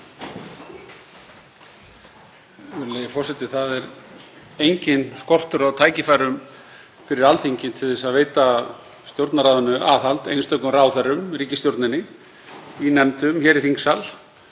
Það er enginn skortur á tækifærum fyrir Alþingi til að veita Stjórnarráðinu aðhald, einstökum ráðherrum eða ríkisstjórninni, í nefndum, hér í þingsal.